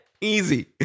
Easy